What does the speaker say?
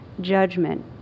judgment